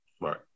Right